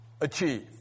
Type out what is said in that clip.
achieve